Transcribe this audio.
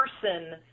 person